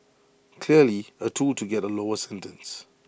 clearly A tool to get A lower sentence